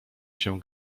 się